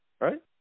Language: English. right